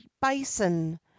bison